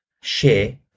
share